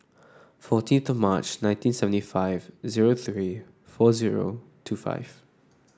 fourteen to March nineteen seventy five zero three four zero two five